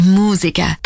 musica